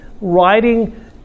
writing